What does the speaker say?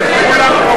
נגמרים?